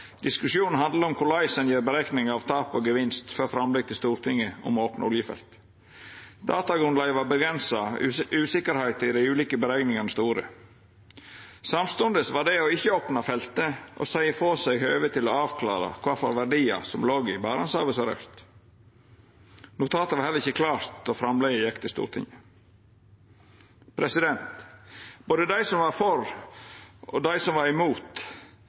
Diskusjonen handla om korleis ein gjer berekningar av tap og gevinst før framlegg til Stortinget om å opna oljefelt. Datagrunnlaget var avgrensa og usikkerheita i dei ulike berekningane store. Samstundes var det å ikkje opna feltet å seia frå seg høvet til å avklara kva for verdiar som låg i Barentshavet søraust. Notatet var heller ikkje klart då framlegget gjekk til Stortinget. Både dei som var for og dei som var imot